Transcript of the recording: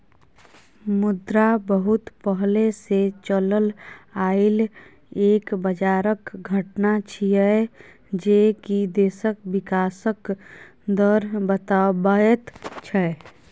मुद्रा बहुत पहले से चलल आइल एक बजारक घटना छिएय जे की देशक विकासक दर बताबैत छै